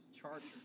Charger